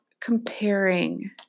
comparing